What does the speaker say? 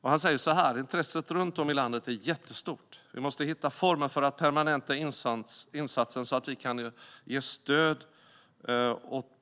Ola Öhlin sa att intresset runt om i landet är jättestort och att man måste hitta former för att permanenta insatsen så att man kan ge stöd